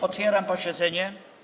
Otwieram posiedzenie.